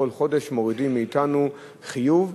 שכל חודש מורידים מאתנו חיוב,